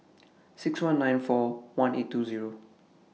six one nine four one eight two Zero